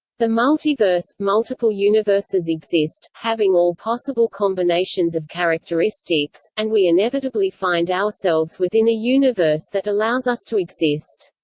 the multiverse multiple universes exist, having all possible combinations of characteristics, and we inevitably find ourselves within a universe that allows us to exist.